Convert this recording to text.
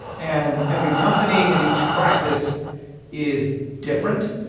and every company and each practice is different.